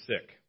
sick